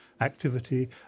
activity